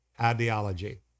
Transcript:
ideology